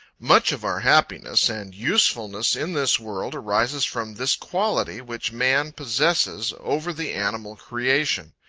much of our happiness, and usefulness in this world arises from this quality which man possesses over the animal creation.